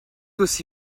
aussi